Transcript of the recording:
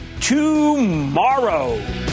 tomorrow